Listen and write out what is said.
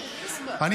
מתעקש.